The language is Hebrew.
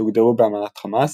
שהוגדרו באמנת חמאס,